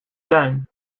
tuin